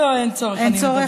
לא, אין צורך, אין צורך?